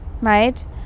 right